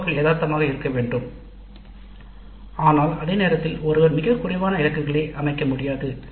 சிஓக்கள் யதார்த்தமானதாக இருக்க வேண்டும் ஆனால் அதே நேரத்தில் மிகக் குறைவான இலக்குகளை அமைக்க முடியாது